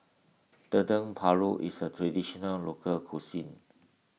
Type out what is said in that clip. Dendeng Paru is a Traditional Local Cuisine